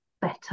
better